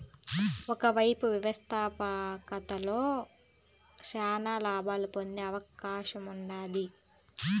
ఒకేపు వ్యవస్థాపకతలో శానా లాబాలు పొందే అవకాశముండాది